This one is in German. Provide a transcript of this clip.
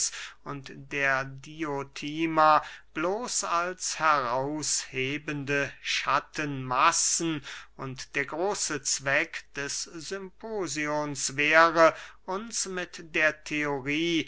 und der diotima bloß als heraushebende schattenmassen und der große zweck des symposions wäre uns mit der theorie